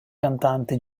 cantante